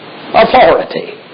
authority